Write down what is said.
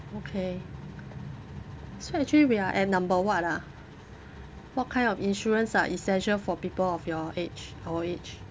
okay so actually we are at number what ah what kind of insurance are essential for people of your age our age